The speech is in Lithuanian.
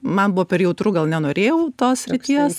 man buvo per jautru gal nenorėjau tos srities